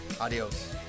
Adios